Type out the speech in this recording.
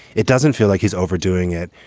it doesn't feel like he's overdoing it.